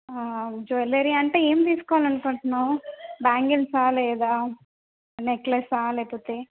jewellery అంటే ఏమి తీసుకోవాలనుకుంటున్నావు బ్యాంగిల్సా లేదా నెక్లెస్సా లేకపోతే